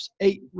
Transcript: eight